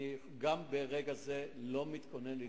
גם ברגע זה אני לא מתכונן להתייחס.